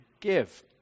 give